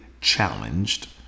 challenged